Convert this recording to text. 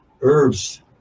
Herbs